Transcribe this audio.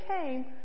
came